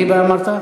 ליבה אמרת?